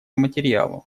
материалу